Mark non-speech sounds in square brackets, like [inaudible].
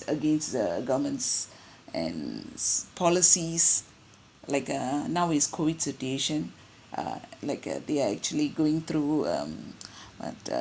against the governments [breath] and s~ policies like uh now is COVID situation uh like uh they are actually going through um [breath] uh the